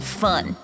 fun